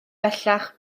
bellach